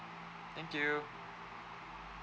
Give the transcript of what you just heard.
thank you